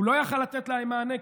הוא לא היה יכול לתת להם מענה,